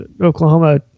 Oklahoma